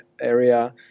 area